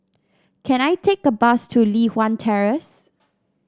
can I take a bus to Li Hwan Terrace